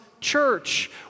church